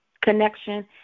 connection